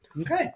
Okay